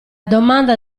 domanda